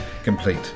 Complete